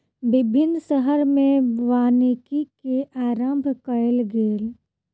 विभिन्न शहर में वानिकी के आरम्भ कयल गेल